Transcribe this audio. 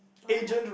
what